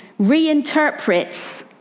reinterprets